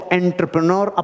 entrepreneur